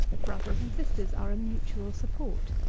brothers and sisters are a mutual support.